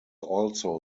also